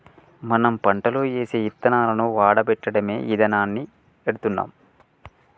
మనం పంటలో ఏసే యిత్తనాలను వాడపెట్టడమే ఇదానాన్ని ఎడుతున్నాం